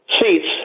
seats